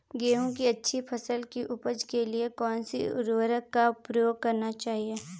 गेहूँ की अच्छी फसल की उपज के लिए कौनसी उर्वरक का प्रयोग करना चाहिए?